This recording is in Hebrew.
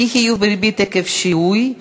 (אי-חיוב בריבית עקב שיהוי),